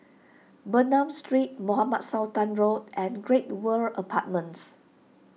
Bernam Street Mohamed Sultan Road and Great World Apartments